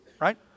right